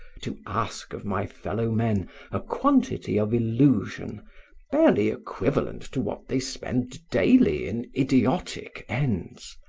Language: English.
to ask of my fellow men a quantity of illusion barely equivalent to what they spend daily in idiotic ends,